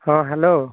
ହଁ ହ୍ୟାଲୋ